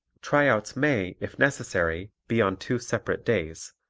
tryouts may, if necessary, be on two separate days,